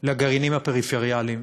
לגרעינים הפריפריאליים.